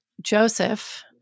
Joseph